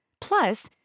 Plus